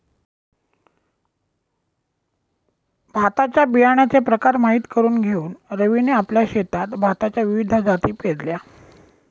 भाताच्या बियाण्याचे प्रकार माहित करून घेऊन रवीने आपल्या शेतात भाताच्या विविध जाती पेरल्या